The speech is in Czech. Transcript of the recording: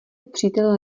přítel